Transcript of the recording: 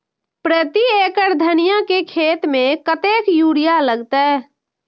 प्रति एकड़ धनिया के खेत में कतेक यूरिया लगते?